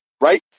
Right